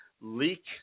leak